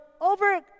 over